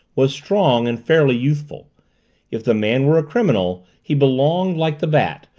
was strong and fairly youthful if the man were a criminal, he belonged, like the bat,